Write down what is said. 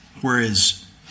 whereas